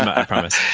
i promise.